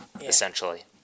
essentially